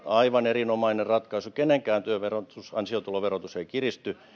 aivan erinomainen ratkaisu kenenkään ansiotuloverotus ei kiristy